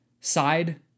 side